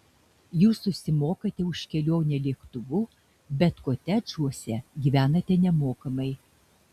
jūs susimokate už kelionę lėktuvu bet kotedžuose gyvenate nemokamai